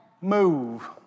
move